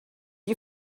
you